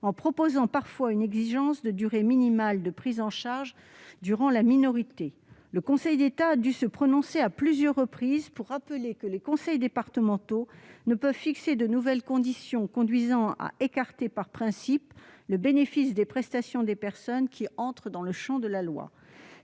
en prévoyant parfois une exigence de durée minimale de prise en charge durant la minorité. Le Conseil d'État a dû se prononcer à plusieurs reprises pour rappeler que les conseils départementaux ne peuvent fixer de nouvelles conditions conduisant à écarter par principe du bénéfice des prestations des personnes qui entrent dans le champ de la loi.